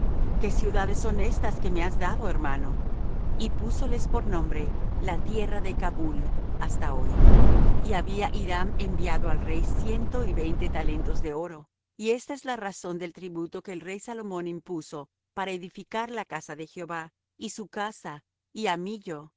qué ciudades son estas que me has dado hermano y púsoles por nombre la tierra de cabul hasta hoy y había hiram enviado al rey ciento y veinte talentos de oro y esta es la razón del tributo que el rey salomón impuso para edificar la casa de jehová y su casa y á millo